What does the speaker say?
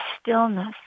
stillness